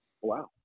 Wow